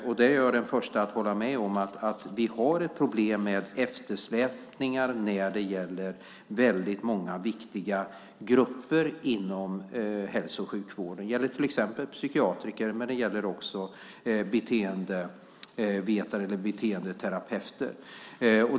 Och jag är den förste att hålla med om att vi har ett problem med eftersläpningar när det gäller väldigt många viktiga grupper inom hälso och sjukvården. Det gäller till exempel psykiatriker, men det gäller också beteendevetare eller beteendeterapeuter.